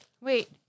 Wait